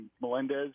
Melendez